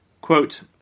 Quote